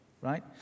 right